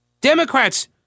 Democrats